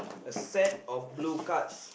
a set of blue cards